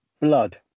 blood